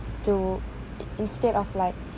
to instead of like